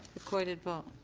recorded vote.